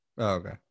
Okay